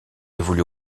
évolue